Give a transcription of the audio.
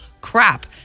crap